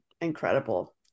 incredible